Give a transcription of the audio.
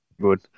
good